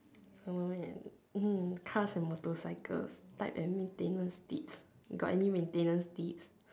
oh man hmm cars and motorcycles type and maintenance tips got any maintenance tips